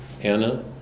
Anna